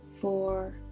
four